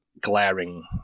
glaring